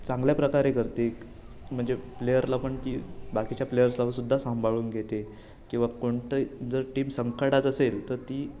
चांगल्या प्रकारे करते म्हणजे प्लेयरला पण ती बाकीच्या प्लेअर्सला व सुद्धा सांभाळून घेते किंवा कोणतं जर टीम संकटात असेल तर ती